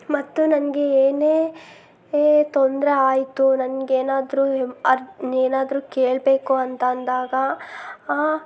ಮತ್ತು ನನಗೆ ಏನೇ ತೊಂದರೆ ಆಯಿತು ನನ್ಗೆ ಏನಾದ್ರೂ ಅರ್ ಏನಾದ್ರೂ ಕೇಳಬೇಕು ಅಂತ ಅಂದಾಗ